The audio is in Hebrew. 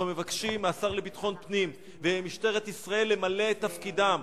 אנחנו מבקשים מהשר לביטחון פנים וממשטרת ישראל למלא את תפקידם.